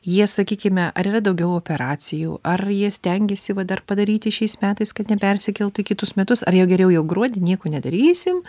jie sakykime ar yra daugiau operacijų ar jie stengiasi va dar padaryti šiais metais kad nepersikeltų į kitus metus ar jau geriau jau gruodį nieko nedarysim